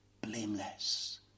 blameless